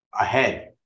ahead